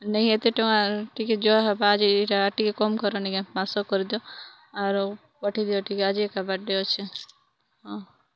ନେହି ଏତେ ଟଙ୍କାର ଟିକେ ଯହା ପାଞ୍ଚ୍ ଏଇଟା ଟିକେ କମ୍ କର ନିକେ ପାଂଶ କରିଦିଅ ଆର ପଠେଇ ଦିଅ ଟିକେ ଆଜି ଏକା ବାଡ଼େ୍ ଅଛି ହଁ